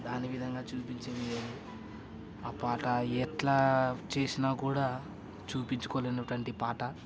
దాని విధంగా చూపించేవి ఆ పాట ఎట్లా చూసినా కూడా చూపిచుకొలేనటువంటి పాట